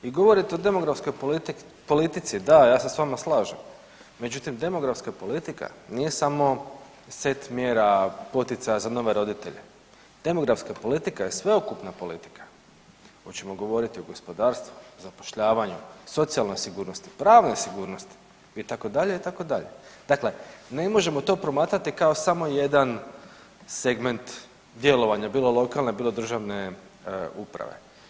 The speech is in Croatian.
I govorite o demografskoj politici, da ja se s vama slažem, međutim demografska politika nije samo set mjera poticaja za nove roditelje, demografska politika je sveukupna politika, hoćemo govoriti o gospodarstvu, o zapošljavanju, o socijalnoj sigurnosti, pravnoj sigurnosti itd., itd., dakle ne možemo to promatrati kao samo jedan segment djelovanja bilo lokalne bilo državne uprave.